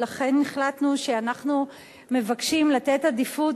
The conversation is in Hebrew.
ולכן החלטנו שאנחנו מבקשים לתת עדיפות